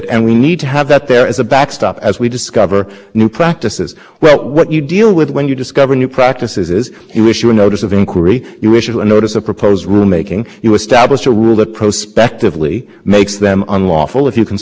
even described in the order practices that they say they're out there and we don't know whether they violate our new rule or not the example they gave was the team mobile service that doesn't count music streaming against your data cap so you get unlimited music